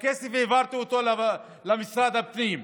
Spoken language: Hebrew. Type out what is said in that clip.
הכסף, העברתי אותו למשרד הפנים.